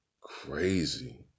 Crazy